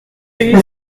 rue